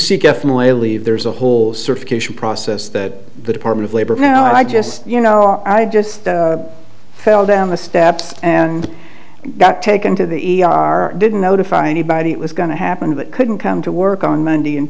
leave there's a whole certification process that the department of labor where i'd just you know i just fell down the steps and got taken to the e r didn't notify anybody it was going to happen but couldn't come to work on monday and